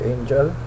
Angel